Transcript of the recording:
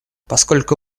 поскольку